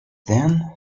then